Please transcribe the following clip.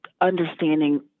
understanding